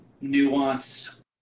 nuance